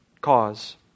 cause